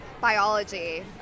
Biology